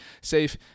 safe